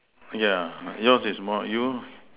yeah yours is more you